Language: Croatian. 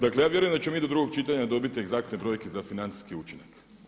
Dakle, ja vjerujem da ćemo mi do drugog čitanja dobiti egzaktne brojke za financijski učinak.